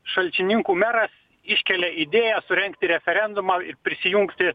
šalčininkų meras iškelia idėją surengti referendumą ir prisijungti